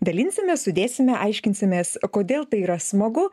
dalinsime sudėsime aiškinsimės kodėl tai yra smagu